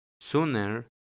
sooner